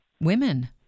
women